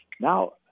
Now